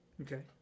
Okay